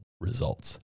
results